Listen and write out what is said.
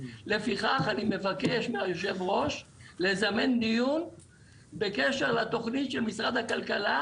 לפיכך אני מבקש מהיושב ראש לזמן דיון בקשר לתוכנית של משרד הכלכלה,